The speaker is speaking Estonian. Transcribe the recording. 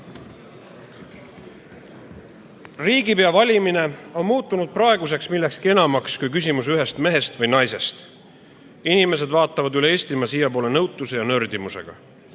Riigipea valimine on muutunud praeguseks millekski enamaks kui küsimus ühest mehest või naisest. Inimesed vaatavad kõikjal Eestimaal siiapoole nõutuse ja nördimusega.